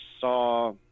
saw